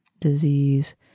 disease